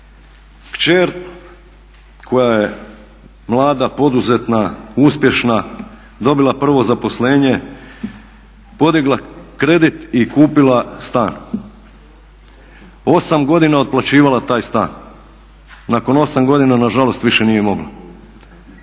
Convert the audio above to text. Kći koja je mlada poduzetna, uspješna dobila prvo zaposlenje, podigla kredit i kupila stan. 8 godina otplaćivala taj stan, nakon 8 godina nažalost više nije mogla.